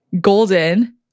Golden